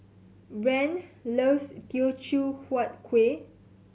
Brande loves Teochew Huat Kueh